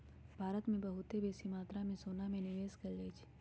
भारत में बहुते बेशी मत्रा में सोना में निवेश कएल जाइ छइ